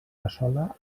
cassola